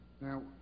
Now